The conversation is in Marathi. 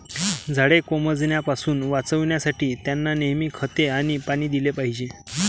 झाडे कोमेजण्यापासून वाचवण्यासाठी, त्यांना नेहमी खते आणि पाणी दिले पाहिजे